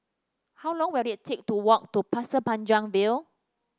how long will it take to walk to Pasir Panjang View